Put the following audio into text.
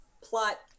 plot